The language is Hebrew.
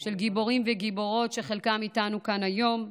של גיבורים וגיבורות, שחלקם איתנו כאן היום,